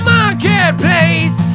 Marketplace